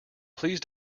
please